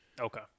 Okay